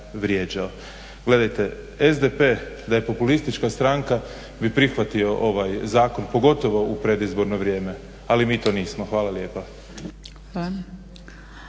Gledajte SDP da je populistička stranka bi prihvatio ovaj zakon, pogotovo u predizborno vrijeme, ali mi to nismo. Hvala lijepa.